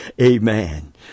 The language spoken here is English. Amen